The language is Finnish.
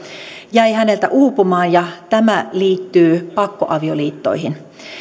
jäi häneltä uupumaan ja tämä liittyy pakkoavioliittoihin